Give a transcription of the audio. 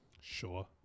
Sure